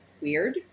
Weird